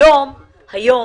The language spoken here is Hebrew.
היום,